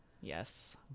Yes